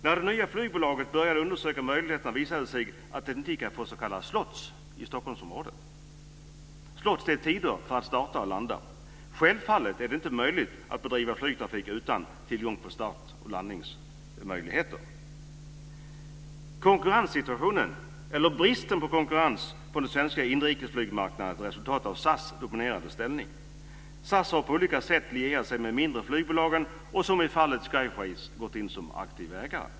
När det nya flygbolaget började undersöka möjligheterna visade det sig att det inte gick att få s.k. slots i Stockholmsområdet. Slots är tider för att starta och landa. Självfallet går det inte att bedriva flygtrafik utan tillgång till start och landningsmöjligheter. Konkurrenssituationen, eller bristen på konkurrens, på den svenska inrikesflygmarknaden är ett resultat av SAS dominerande ställning. SAS har på olika sätt lierat sig med de mindre flygbolagen och som i fallet Skyways gått in som aktiv ägare.